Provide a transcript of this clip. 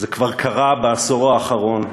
זה כבר קרה בעשור האחרון,